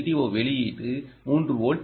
ஓ வெளியீடு 3 volt D